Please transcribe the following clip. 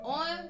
on